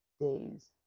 days